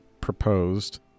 proposed